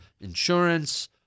insurance